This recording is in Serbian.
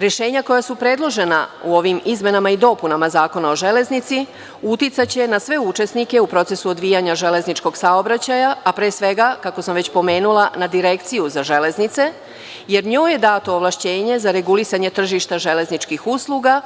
Rešenja koja su predložena u ovim izmenama i dopuna Zakona o železnici uticaće na sve učesnike u procesu odvijanja železničkog saobraćaja, a pre svega, kako sam već pomenula, na Direkciju za železnice, jer njoj je dato ovlašćenje za regulisanje tržišta železničkih usluga,